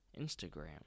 Instagram